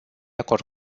acord